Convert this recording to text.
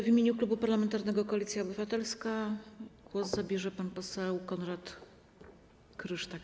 W imieniu Klubu Parlamentarnego Koalicja Obywatelska głos zabierze pan poseł Konrad Frysztak.